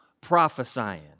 prophesying